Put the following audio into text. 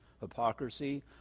Hypocrisy